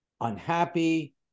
unhappy